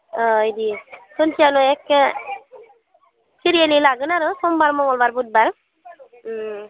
अ बिदि खनसेयावनो एके सिरियेलि लागोन आरो समबार मंगलबार बुधबार